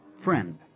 Friend